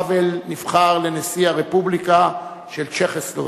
האוול נבחר לנשיא הרפובליקה של צ'כוסלובקיה.